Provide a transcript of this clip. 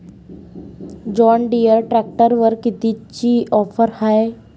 John Deere ट्रॅक्टरवर कितीची offer हाये?